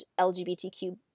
LGBTQ